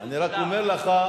תודה.